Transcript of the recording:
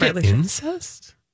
incest